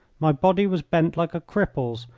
my body was bent like a cripple's,